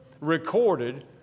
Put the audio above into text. recorded